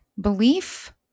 Belief